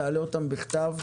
תעלה אותן בכתב.